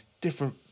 different